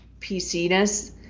PC-ness